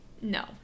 no